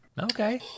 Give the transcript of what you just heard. Okay